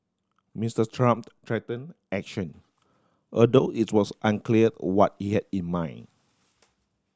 Mister Trump threatened action although it was unclear what he had in mind